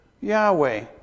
Yahweh